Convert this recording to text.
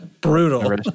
Brutal